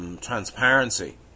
Transparency